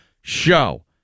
show